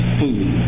food